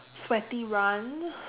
sweaty run